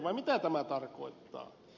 vai mitä tämä tarkoittaa